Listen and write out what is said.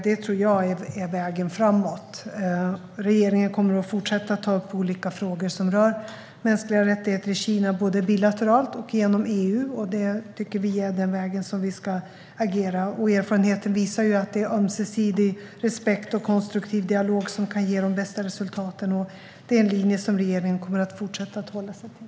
Detta tror jag är vägen framåt. Regeringen kommer att fortsätta att ta upp olika frågor som rör mänskliga rättigheter i Kina, både bilateralt och genom EU. Det tycker vi är den väg som vi ska agera på. Erfarenheten visar ju att det är ömsesidig respekt och konstruktiv dialog som kan ge de bästa resultaten. Det är en linje som regeringen kommer att fortsätta att hålla sig till.